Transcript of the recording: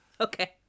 Okay